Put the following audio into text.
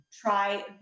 try